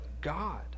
God